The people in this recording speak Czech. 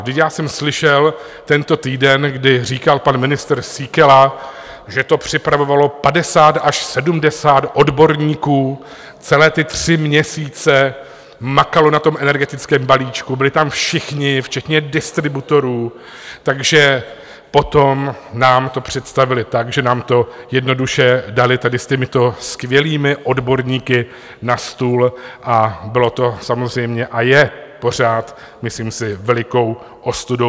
Vždyť já jsem slyšel tento týden, kdy říkal pan ministr Síkela, že to připravovalo padesát až sedmdesát odborníků, celé ty tři měsíce makalo na tom energetickém balíčku, byli tam všichni včetně distributorů, takže potom nám to představili tak, že nám to jednoduše dali tady s těmito skvělými odborníky na stůl, a bylo to samozřejmě a je pořád myslím si velikou ostudou.